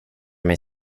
mig